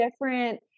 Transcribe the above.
Different